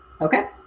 Okay